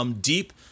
deep